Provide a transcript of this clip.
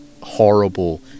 horrible